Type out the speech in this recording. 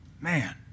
Man